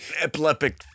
epileptic